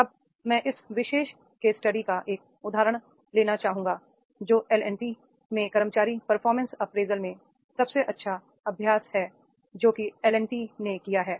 अब मैं इस विशेष केस स्टडी का एक उदाहरण लेना चाहूंगा जो एलएंडटी में कर्मचारी परफॉर्मेंस अप्रेजल में सबसे अच्छा अभ्यास है जो कि एलएंडटी ने लिया है